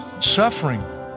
suffering